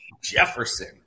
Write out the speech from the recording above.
Jefferson